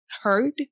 heard